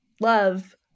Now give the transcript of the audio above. love